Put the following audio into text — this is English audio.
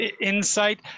insight